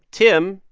tim,